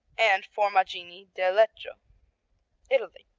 and formaggini di lecco italy